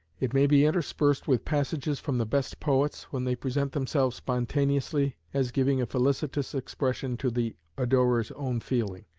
it may be interspersed with passages from the best poets, when they present themselves spontaneously, as giving a felicitous expression to the adorer's own feeling.